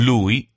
Lui